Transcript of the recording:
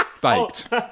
Baked